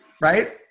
Right